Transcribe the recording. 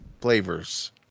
flavors